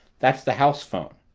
that's the house phone.